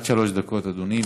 עד שלוש דקות, אדוני.